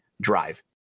drive